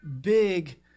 big